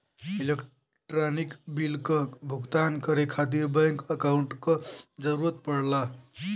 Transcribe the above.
electronic bill क भुगतान करे खातिर बैंक अकांउट क जरूरत पड़ला